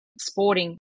sporting